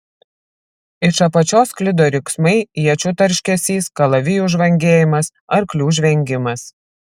iš apačios sklido riksmai iečių tarškesys kalavijų žvangėjimas arklių žvengimas